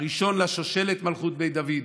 הראשון לשושלת מלכות בית דוד,